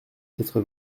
quatre